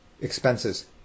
expenses